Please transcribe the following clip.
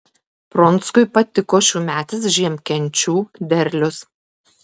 pronckui patiko šiųmetis žiemkenčių derlius